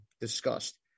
discussed